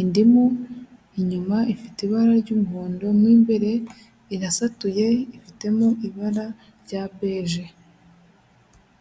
indimu inyuma ifite ibara ry'umuhondo mo imbere irasatuye ifitemo ibara rya beje.